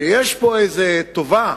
שיש פה איזו טובה